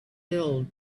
filled